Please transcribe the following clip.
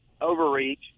overreach